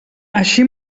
així